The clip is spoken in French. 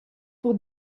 pour